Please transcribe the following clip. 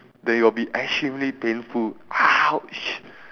then you'll be extremely painful !ouch!